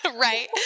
right